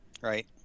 right